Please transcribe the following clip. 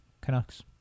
Canucks